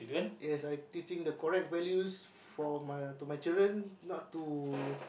yes I teaching the correct values for my to my children not to